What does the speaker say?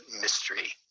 mystery